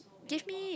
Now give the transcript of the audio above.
give me